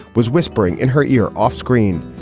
was whispering in her ear off screen.